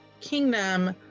Kingdom